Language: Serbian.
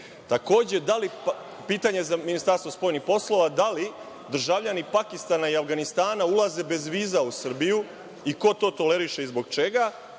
SNS.Takođe, pitanje za Ministarstvo spoljnih poslova, da li državljani Pakistana i Avganistana ulaze bez viza u Srbiju i ko to toleriše i zbog čega?